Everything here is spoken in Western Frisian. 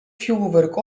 fjurwurk